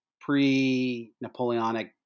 pre-Napoleonic